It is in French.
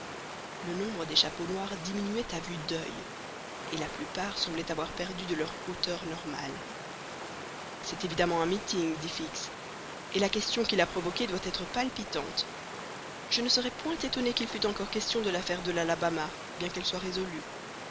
le nombre des chapeaux noirs diminuait à vue d'oeil et la plupart semblaient avoir perdu de leur hauteur normale c'est évidemment un meeting dit fix et la question qui l'a provoqué doit être palpitante je ne serais point étonné qu'il fût encore question de l'affaire de l'alabama bien qu'elle soit résolue